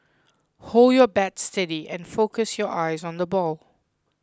hold your bat steady and focus your eyes on the ball